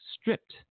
stripped